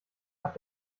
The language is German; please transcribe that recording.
hat